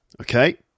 Okay